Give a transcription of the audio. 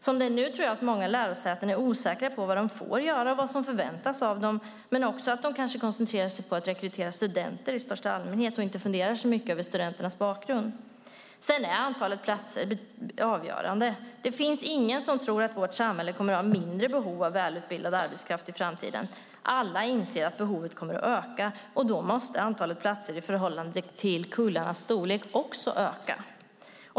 Som det är nu tror jag att många lärosäten är osäkra på vad de får göra och vad som förväntas av dem, men de kanske också koncentrerar sig på att rekrytera studenter i största allmänhet och inte funderar så mycket över studenternas bakgrund. Antalet platser är avgörande. Det finns ingen som tror att vårt samhälle kommer att ha mindre behov av välutbildad arbetskraft i framtiden. Alla inser att behovet kommer att öka, och då måste antalet platser i förhållande till kullarnas storlek också öka.